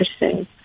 interesting